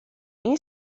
این